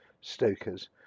stokers